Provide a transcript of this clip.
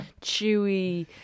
chewy